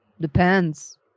Depends